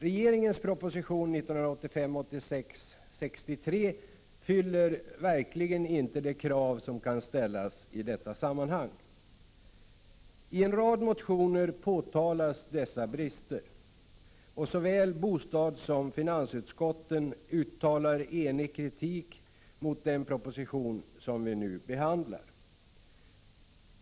Regeringens proposition 1985/86:63 fyller verkligen inte de krav som kan ställas i detta sammanhang. I en rad motioner påtalas de brister som finns, och såväl bostadssom finansutskottet uttalar enig kritik mot den proposition som vi nu behandlar.